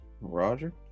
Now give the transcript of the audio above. Roger